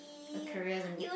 a career as a